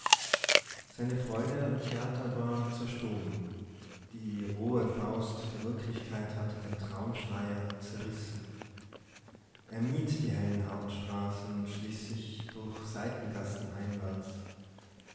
seine freude am theater war zerstoben die rohe faust der wirklichkeit hatte den traumschleier zerrissen er mied die hellen hauptstraßen und schlich sich durch seitengassen heimwärts